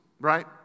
Right